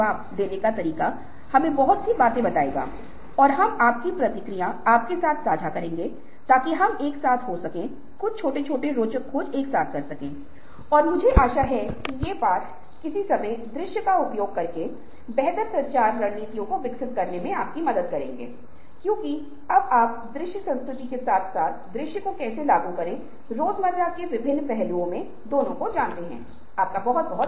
इसलिए जब तक यह अधिरचना होती है तब तक प्रशिक्षण समुदाय और संगठनात्मक प्रोत्साहन और समर्थन का विचार रचनात्मक उद्यम के लिए तय नहीं किया जाएगा